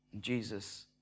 Jesus